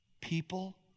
People